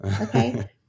Okay